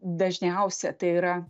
dažniausia tai yra